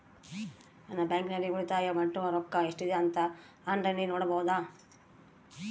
ನಾನು ಬ್ಯಾಂಕಿನಲ್ಲಿ ಉಳಿತಾಯ ಮಾಡಿರೋ ರೊಕ್ಕ ಎಷ್ಟಿದೆ ಅಂತಾ ಆನ್ಲೈನಿನಲ್ಲಿ ನೋಡಬಹುದಾ?